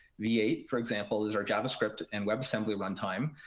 v eight, for example, is our javascript and webassembly runtime.